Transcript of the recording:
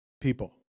people